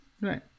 Right